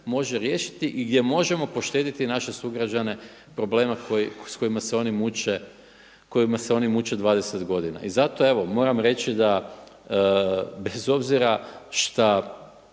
može riješiti i gdje možemo poštediti naše sugrađane problema sa kojima se oni muče 20 godina. I zato evo moram reći da bez obzira šta